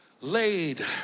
laid